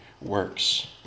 works